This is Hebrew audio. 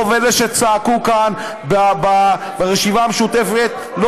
רוב אלה שצעקו כאן ברשימה המשותפת לא